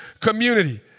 community